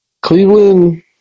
Cleveland